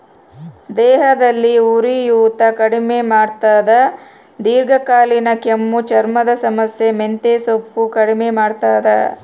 ದೇಹದಲ್ಲಿ ಉರಿಯೂತ ಕಡಿಮೆ ಮಾಡ್ತಾದ ದೀರ್ಘಕಾಲೀನ ಕೆಮ್ಮು ಚರ್ಮದ ಸಮಸ್ಯೆ ಮೆಂತೆಸೊಪ್ಪು ಕಡಿಮೆ ಮಾಡ್ತಾದ